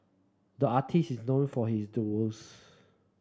the artist is known for his doodles